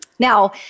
Now